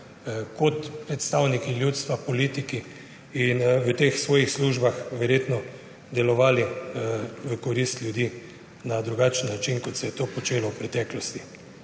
kot predstavniki ljudstva, politiki in v teh svojih službah verjetno delovali v korist ljudi na drugačen način, kot se je to počelo v preteklosti.